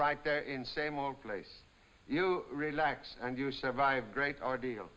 right there in same old place you relax and you survive great ordeal